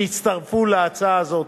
שהצטרפו להצעה הזאת,